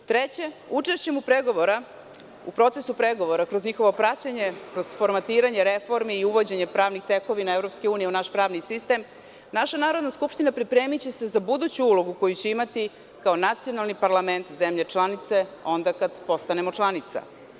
Treće, učešćem u procesu pregovora kroz njihovo praćenje, kroz formatiranje reformi i uvođenje pravnih tekovina EU u naš pravni sistem, naša Narodna skupština pripremiće se za buduću ulogu koju će imati kao Nacionalni parlament zemlje članice onda kada postanemo članica.